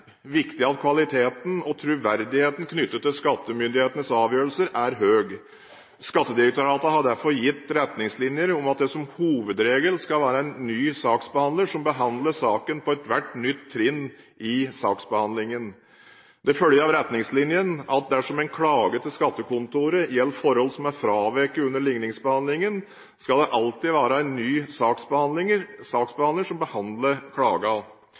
viktig at kvaliteten og troverdigheten knyttet til skattemyndighetenes avgjørelser er høy. Skattedirektoratet har derfor gitt retningslinjer om at det som hovedregel skal være en ny saksbehandler som behandler saken på ethvert nytt trinn i saksbehandlingen. Det følger av retningslinjene at dersom en klage til skattekontoret gjelder forhold som er fraveket under ligningsbehandlingen, skal det alltid være en ny saksbehandler som behandler klagen.